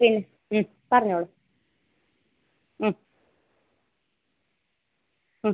പിന്നെ പറഞ്ഞോളൂ